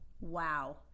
Wow